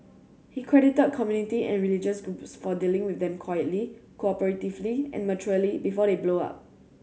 he credited community and religious groups for dealing with them quietly cooperatively and maturely before they blow up